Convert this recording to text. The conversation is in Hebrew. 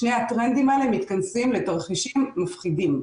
שני הטרנדים האלה מתכנסים לתרחישים מפחידים.